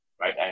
right